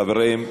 חברים.